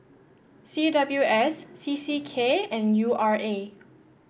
C W S C C K and U R A